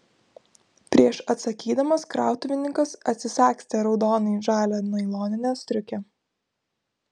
prieš atsakydamas krautuvininkas atsisagstė raudonai žalią nailoninę striukę